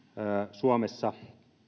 suomessa